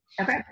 okay